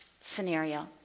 scenario